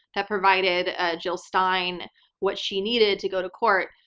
that provided ah jill stein what she needed to go to court,